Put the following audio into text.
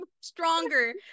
stronger